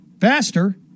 faster